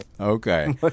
Okay